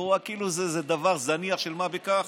לכאורה כאילו זה איזה דבר זניח של מה בכך?